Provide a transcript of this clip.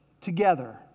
together